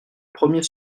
premier